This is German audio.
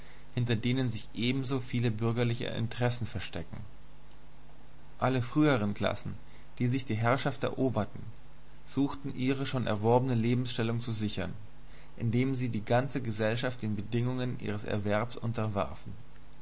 hinter denen sich ebenso viele bürgerliche interessen verstecken alle früheren klassen die sich die herrschaft eroberten suchten ihre schon erworbene lebensstellung zu sichern indem sie die ganze gesellschaft den bedingungen ihres erwerbs unterwarfen